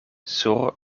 sur